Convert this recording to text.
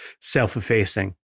self-effacing